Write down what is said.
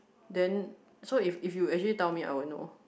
then so if if you actually tell me I won't know